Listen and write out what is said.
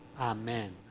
Amen